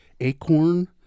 Acorn